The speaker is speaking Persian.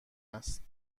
است